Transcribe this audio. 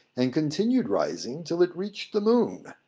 and continued rising till it reached the moon.